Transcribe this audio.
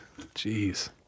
Jeez